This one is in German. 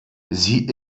sie